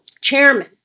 chairman